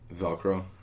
Velcro